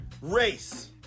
race